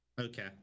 Okay